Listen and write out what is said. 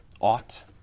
ought